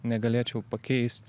negalėčiau pakeist